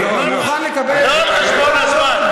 זה לא על חשבון הזמן.